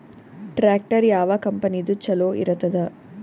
Tractor ಯಾವ ಕಂಪನಿದು ಚಲೋ ಇರತದ?